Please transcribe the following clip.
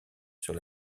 sur